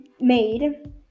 made